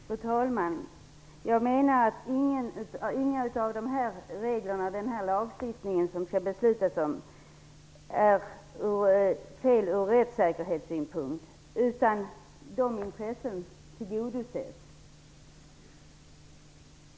Fru talman! Jag menar att ingen av reglerna i den lagstiftning som det skall fattas beslut om är felaktig ur rättssäkerhetssynpunkt. De intressena tillgodoses.